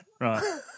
right